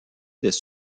des